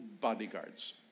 bodyguards